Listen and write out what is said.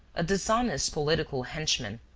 a dishonest political henchman,